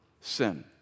sin